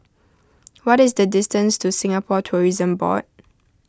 what is the distance to Singapore Tourism Board